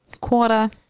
quarter